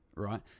Right